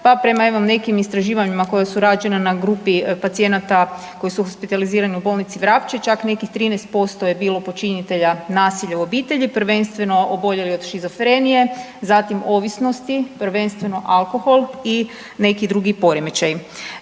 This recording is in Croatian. pa prema evo nekim istraživanjima koja su rađena na grupi pacijenata koji su specijalizirani u bolnici Vrapče čak nekih 13% je bilo počinitelja nasilja u obitelji, prvenstveno oboljeli od shizofrenije, zatim ovisnosti prvenstveno alkohol i neki drugi poremećaji.